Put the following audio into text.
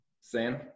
Sam